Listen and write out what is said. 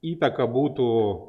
įtaka būtų